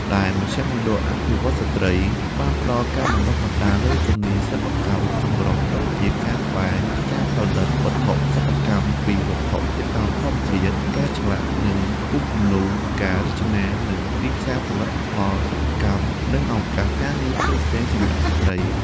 ដែល មជ្ឈមណ្ឌលអភិវឌ្ឍន៍ស្ត្រី បានផ្តល់ការបណ្តុះបណ្តាលលើជំនាញសិប្បកម្មចម្រុះដូចជា ការត្បាញ ការផលិតវត្ថុសិប្បកម្មពីវត្ថុធាតុដើមធម្មជាតិ ការឆ្លាក់ និងគូរគំនូរ ការរចនា និងទីផ្សារផលិតផលសិប្បកម្ម និងឱកាសការងារផ្សេងៗសម្រាប់ស្រ្តី។